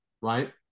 right